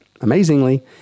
amazingly